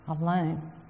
alone